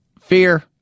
Fear